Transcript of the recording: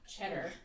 cheddar